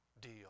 deal